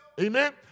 Amen